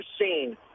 seen